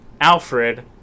Alfred